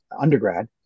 undergrad